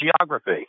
geography